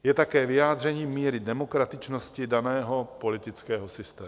Je také vyjádřením míry demokratičnosti daného politického systému.